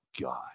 God